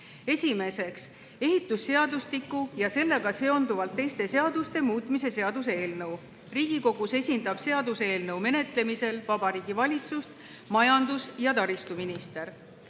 Esiteks, ehitusseadustiku ja sellega seonduvalt teiste seaduste muutmise seaduse eelnõu. Riigikogus esindab seaduseelnõu menetlemisel Vabariigi Valitsust majandus- ja taristuminister.